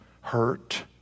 hurt